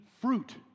fruit